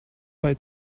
bei